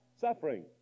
suffering